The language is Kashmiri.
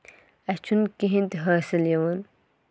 اَسہِ چھُنہٕ کِہیٖنۍ تہِ حٲصِل یِوان